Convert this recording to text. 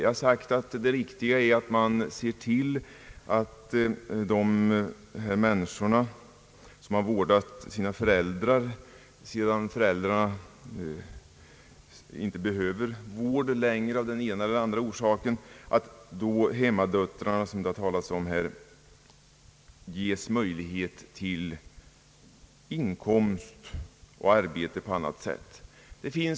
Jag har sagt att det riktiga är att de människor, som har vårdat sina föräldrar, ges möjlighet till arbete eller inkomst på annat sätt när föräldrarna av en eller annan orsak inte längre behöver vård.